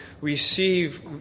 receive